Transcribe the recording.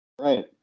Right